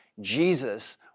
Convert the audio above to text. Jesus